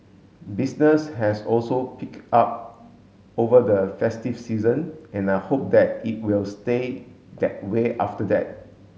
business has also picked up over the festive season and I hope that it will stay that way after that